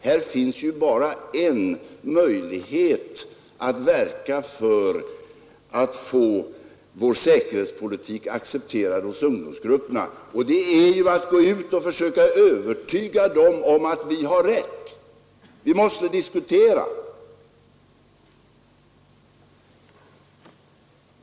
Här finns bara en möjlighet att verka för att få vår säkerhetspolitik accepterad hos ungdomsgrupperna, nämligen att gå ut och försöka övertyga dem om att vi har rätt. Vi måste diskutera!